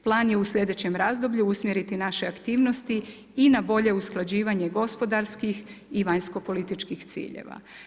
Plan je u sljedećem razdoblju usmjeriti naše aktivnosti na bolje usklađivanje gospodarskih i vanjskopolitičkih ciljeva.